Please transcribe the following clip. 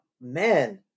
man